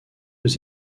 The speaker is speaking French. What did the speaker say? aux